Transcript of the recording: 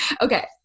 okay